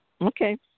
Okay